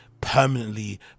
permanently